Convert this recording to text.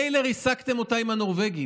מילא ריסקתם אותה עם הנורבגים,